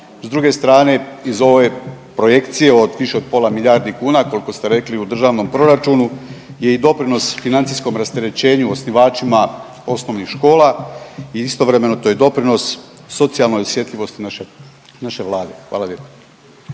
S druge strane iz ove projekcije od više od pola milijarde kuna koliko ste rekli u državnom proračunu je i doprinos financijskom rasterećenju osnivačima osnovnih škola i istovremeno to je doprinos socijalnoj osjetljivosti naše Vlade. Hvala lijepo.